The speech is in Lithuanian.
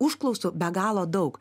užklausų be galo daug